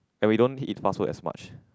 and we don't eat fast food as much